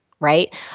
Right